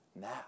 now